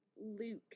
luke